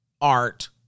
art